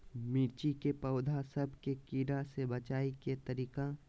मिर्ची के पौधा सब के कीड़ा से बचाय के तरीका?